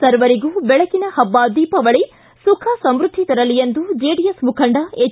ಸರ್ವರಿಗೂ ಬೆಳಕಿನ ಹಬ್ಬ ದೀಪಾವಳಿ ಸುಖ ಸಮೃದ್ಧಿ ತರಲಿ ಎಂದು ಜೆಡಿಎಸ್ ಮುಖಂಡ ಎಚ್